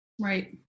right